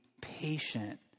patient